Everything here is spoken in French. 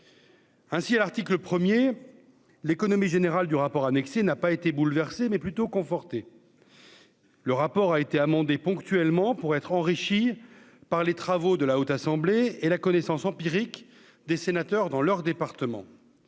Ainsi à l'article 1er l'économie générale du rapport annexé n'a pas été bouleversé mais plutôt conforté. Le rapport a été amendé ponctuellement pour être enrichi par les travaux de la haute assemblée et la connaissance empirique des sénateurs dans leur département,